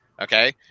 Okay